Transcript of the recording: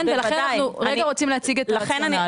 כן ולכן אנחנו רוצים להציג את הרציונל.